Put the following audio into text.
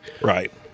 Right